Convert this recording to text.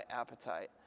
appetite